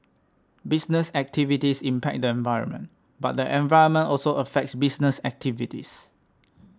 business activities impact the environment but the environment also affects business activities